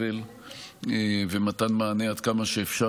קיצור של הסבל ומתן מענה טוב עד כמה שאפשר